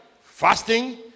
fasting